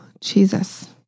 Jesus